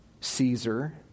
Caesar